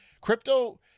Crypto